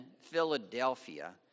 Philadelphia